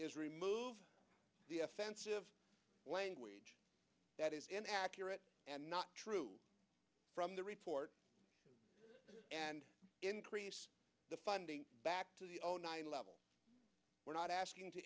is remove offensive language that is inaccurate and not true from the report and increase the funding back to the nine level we're not asking to